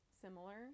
similar